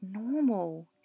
normal